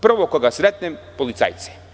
Prvo sretnem policajce.